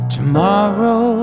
Tomorrow